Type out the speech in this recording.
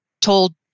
told